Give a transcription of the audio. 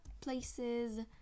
places